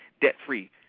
debt-free